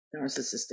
narcissistic